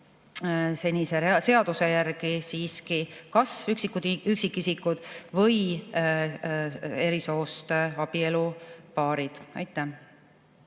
senise seaduse järgi kas üksikisikud või eri soost abielupaarid. Aitäh